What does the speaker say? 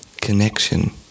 connection